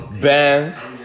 Bands